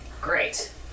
Great